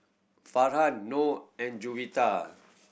Farhan Noh and Juwita